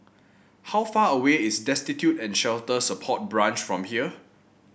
how far away is Destitute and Shelter Support Branch from here